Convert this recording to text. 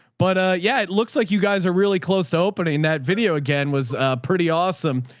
but yeah, it looks like you guys are really close to opening that video again was pretty awesome.